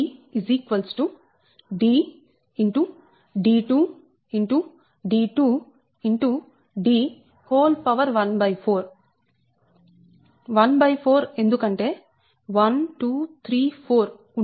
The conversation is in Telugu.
D14 14 ఎందుకంటే 1 2 3 4 ఉన్నాయి